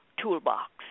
toolbox